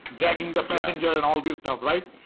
dragging the passenger and all this stuff, right?